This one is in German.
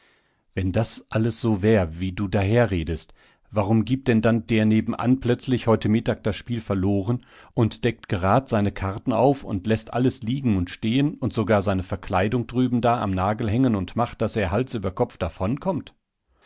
wenn das alles so wär wie du daherredest warum gibt denn der nebenan plötzlich heute mittag das spiel verloren und deckt gerad seine karten auf und läßt alles liegen und stehen und sogar seine verkleidung drüben da am nagel hängen und macht daß er hals über kopf davonkommt